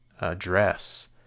address